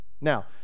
now